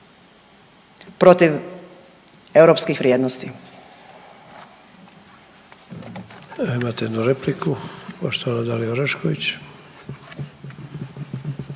protiv europskih vrijednosti.